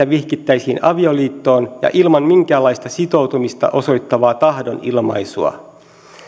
vihittäisiin avioliittoon ja ilman minkäänlaista sitoutumista osoittavaa tahdonilmaisua